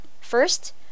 First